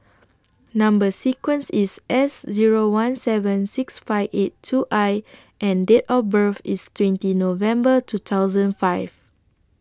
Number sequence IS S Zero one seven six five eight two I and Date of birth IS twenty November two thousand and five